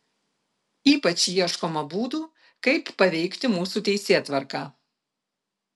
ypač ieškoma būdų kaip paveikti mūsų teisėtvarką